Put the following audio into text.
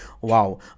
wow